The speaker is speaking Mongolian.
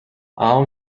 аав